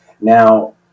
Now